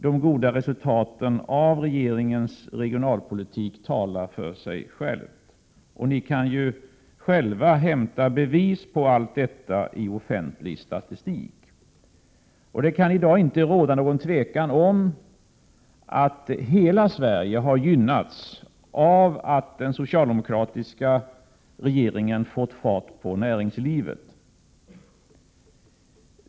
De goda resultaten av regeringens regionalpolitik talar för sig själva. Ni kan själva hämta bevis på allt detta i offentlig statistik. Det kan i dag inte råda något tvivel om att hela Sverige har gynnats av att den socialdemokratiska regeringen fått fart på näringslivet.